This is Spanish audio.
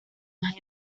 más